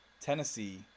Tennessee